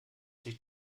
sich